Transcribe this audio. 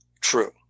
true